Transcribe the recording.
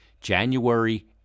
January